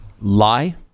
lie